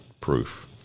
proof